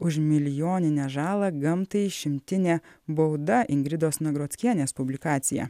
už milijoninę žalą gamtai išimtinė bauda ingridos nagrockienės publikacija